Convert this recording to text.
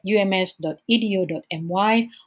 ums.edu.my